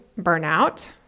burnout